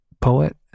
poet